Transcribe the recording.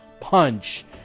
punch